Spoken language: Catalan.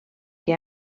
que